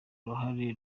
uruhare